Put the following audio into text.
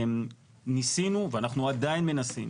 ניסינו ואנחנו עדיין מנסים